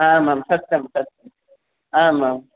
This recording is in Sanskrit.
आमां सत्यं सत्यम् आमाम्